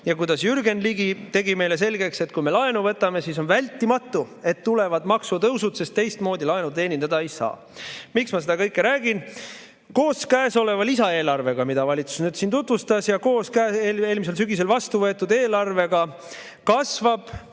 maksma. Jürgen Ligi [püüdis aga] meile selgeks teha, et kui me laenu võtame, siis on vältimatu, et tulevad ka maksutõusud, sest teistmoodi laenu teenindada ei saa. Miks ma seda kõike räägin? Koos selle lisaeelarvega, mida valitsus siin äsja tutvustas, ja koos eelmisel sügisel vastu võetud eelarvega kasvab